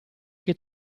che